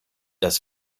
das